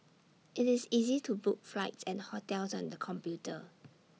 IT is easy to book flights and hotels on the computer